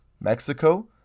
Mexico